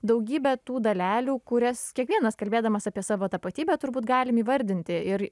daugybė tų dalelių kurias kiekvienas kalbėdamas apie savo tapatybę turbūt galim įvardinti ir